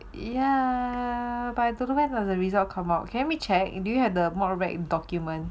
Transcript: ya but I don't know when will the result come out can help me check do you have the mod rack document